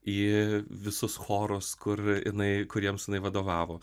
į visus chorus kur jinai kuriems vadovavo